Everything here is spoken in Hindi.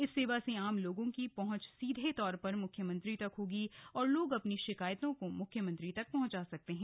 इस सेवा से आम लोगों की पहुंच सीधे तौर पर मुख्यमंत्री तक होगी और लोग अपनी शिकायतों को मुख्यमंत्री तक पहुंचा सकते हैं